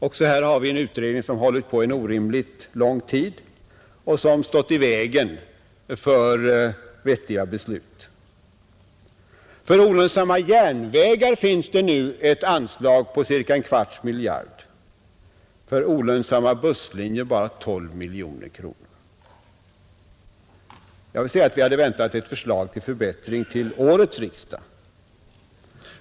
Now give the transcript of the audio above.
Också här har vi en utredning som hållit på en orimligt lång tid och som stått i vägen för vettiga beslut. För olönsamma järnvägar finns det ett anslag på ca en 35 kvarts miljard, för olönsamma busslinjer bara 12 miljoner, Vi hade väntat ett förslag till förbättring vid årets riksdag.